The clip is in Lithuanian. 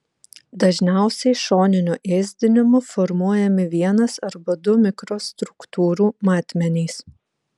dažniausiai šoniniu ėsdinimu formuojami vienas arba du mikrostruktūrų matmenys